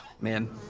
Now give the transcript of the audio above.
man